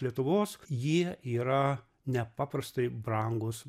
lietuvos jie yra nepaprastai brangūs